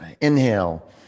inhale